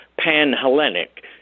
Pan-Hellenic